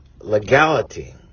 legality